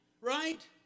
right